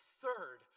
third